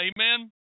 amen